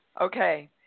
Okay